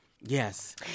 Yes